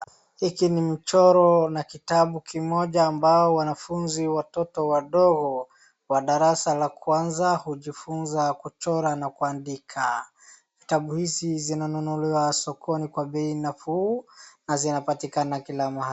Hiki ni mchoro na kitabu kimoja ambao wanafunzi watoto wadogo wa darasa la kwanza hujifunza kuchora na kuandika. Vitabu hizi zinanunuliwa sokoni kwa bei nafuu na zinapatikana kila mahali.